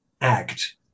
act